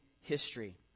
history